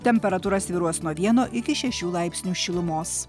temperatūra svyruos nuo vieno iki šešių laipsnių šilumos